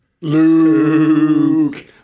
Luke